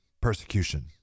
persecution